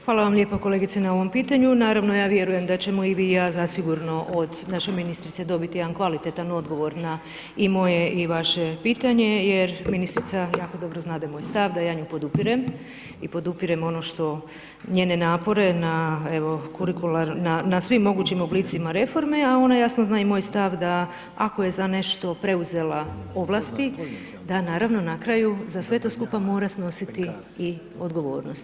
Hvala vam lijepo kolegice na ovom pitanju, naravno ja vjerujem da ćemo i vi i ja zasigurno od naše ministrice dobiti jedan kvalitetan odgovor na i moje i vaše pitanje jer ministrica jako dobro znade moj stav da ja nju podupirem i podupirem ono što njene napore na svim mogućim oblicima reforme, a ona jasno zna i moj stav da ako je za nešto preuzela ovlasti da naravno na kraju za sve to skupa mora snositi i odgovornost.